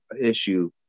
issue